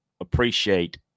appreciate